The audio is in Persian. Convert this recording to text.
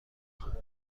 خوشمزه